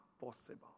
possible